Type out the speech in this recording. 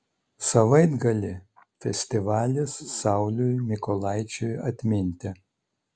savaitgalį festivalis sauliui mykolaičiui atminti